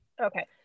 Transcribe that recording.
Okay